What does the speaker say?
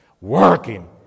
working